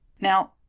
Now